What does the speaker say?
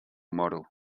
model